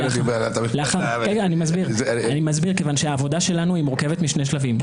אני מסביר כיוון שהעבודה שלנו מורכבת משני שלבים.